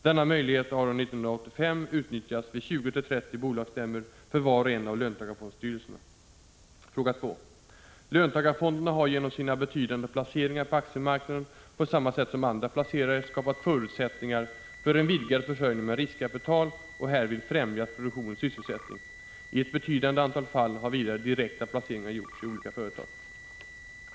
Denna möjlighet har år 1985 utnyttjats vid 20-30 bolagsstämmor Fråga 2: Löntagarfonderna har genom sina betydande placeringar på aktiemarknaden, på samma sätt som andra placerare, skapat förutsättningar för en vidgad försörjning med riskkapital och härvid främjat produktion och sysselsättning. I ett betydande antal fall har vidare direkta placeringar gjorts i olika företag.